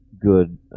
good